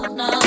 no